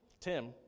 Tim